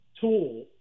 tool